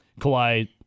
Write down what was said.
Kawhi